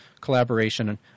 Collaboration